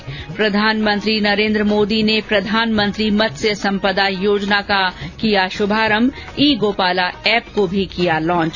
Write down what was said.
्र प्रधानमंत्री नरेन्द्र मोदी ने प्रधानमंत्री मत्स्य संपदा योजना का किया शुभारंभ ई गोपाला एप को भी किया लाँच